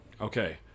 okay